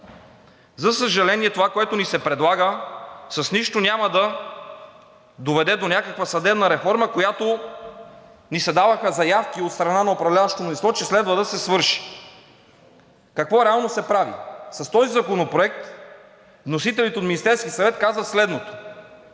За съжаление, това, което ни се предлага, с нищо няма да доведе до някаква съдебна реформа, която ни се даваха заявки от страна на управляващото мнозинство, че следва да се свърши. Какво реално се прави? С този законопроект вносителите от Министерския съвет казват следното,